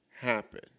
happen